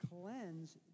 cleanse